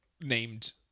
named